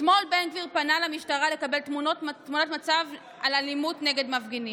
אתמול בן גביר פנה למשטרה לקבל תמונת מצב על אלימות נגד מפגינים,